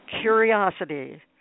curiosity